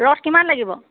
ৰদ কিমান লাগিব